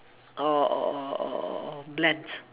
or or or or or bland